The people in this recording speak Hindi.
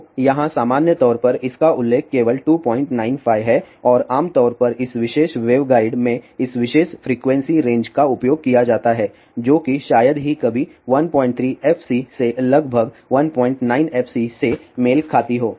तो यहाँ सामान्य तौर पर इसका उल्लेख केवल 295 है और आम तौर पर इस विशेष वेवगाइड में इस विशेष फ्रीक्वेंसी रेंज का उपयोग किया जाता है जो कि शायद ही कभी 13 f c से लगभग 19 fc से मेल खाती हो